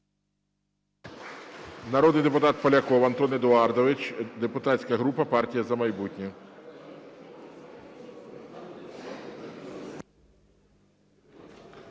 Народний депутат Поляков Антон Едуардович, депутатська група "Партія "За майбутнє".